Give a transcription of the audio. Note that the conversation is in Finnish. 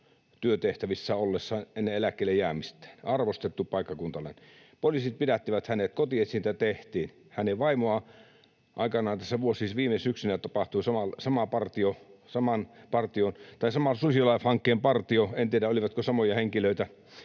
työtehtävissä ollessaan ennen eläkkeelle jäämistään, arvostettu paikkakuntalainen. Poliisit pidättivät hänet, kotietsintä tehtiin. Hänen vaimoaan... Viime syksynä saman SusiLIFE-hankkeen partio, en tiedä olivatko samoja henkilöitä,